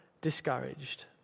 discouraged